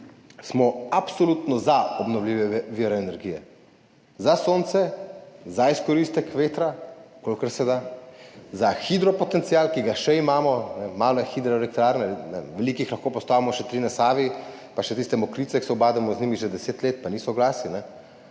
absolutno za obnovljive vire energije, za sonce, za izkoristek vetra, kolikor se da, za hidropotencial, ki ga še imamo, male hidroelektrarne, veliko jih lahko postavimo, še tri na Savi, pa še tiste Mokrice, s katerimi se ubadamo že deset let, pa ni soglasij, ta